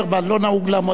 לא נהוג לעמוד עם הגב.